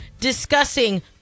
discussing